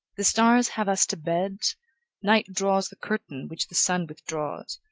the stars have us to bed night draws the curtain which the sun withdraws.